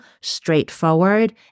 straightforward